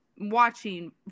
watching